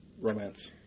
romance